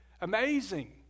Amazing